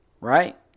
right